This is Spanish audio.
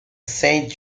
saint